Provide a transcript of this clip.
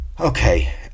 okay